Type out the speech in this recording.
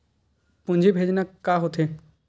पूंजी भेजना का होथे?